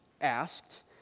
asked